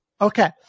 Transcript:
Okay